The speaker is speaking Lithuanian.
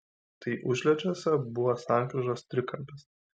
tai užliedžiuose buvo sankryžos trikampis